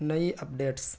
نئی اپڈیٹس